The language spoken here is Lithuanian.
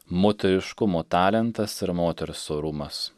moteriškumo talentas ir moters orumas